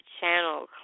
channel